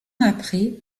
après